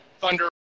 Thunder